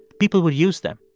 people would use them.